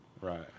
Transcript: Right